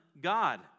God